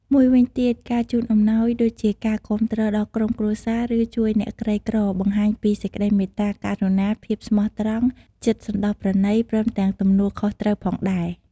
មួយវិញទៀត ការជូនអំណោយដូចជាការគាំទ្រដល់ក្រុមគ្រួសារ ឬជួយអ្នកក្រីក្របង្ហាញពីសេចក្ដីមេត្តាករុណា ភាពស្មោះត្រង់ ចិត្តសន្តោសប្រណី ព្រមទាំងទំនួលខុសត្រូវផងដែរ។